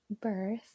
birth